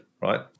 right